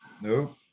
No